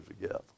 together